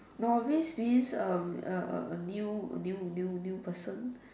no this is a a a new new new new person